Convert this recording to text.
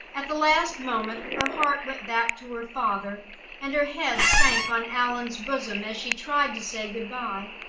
at the last moment her heart went back to her father and her head sank on allan's bosom as she tried to say, good-by.